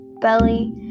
belly